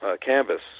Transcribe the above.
canvas